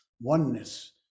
oneness